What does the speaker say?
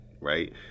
Right